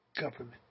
government